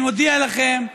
אני מודיע לכם,